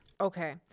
Okay